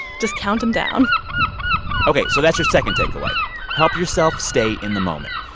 just count them down ok. so that's your second takeaway help yourself stay in the moment.